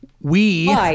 We-